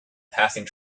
passing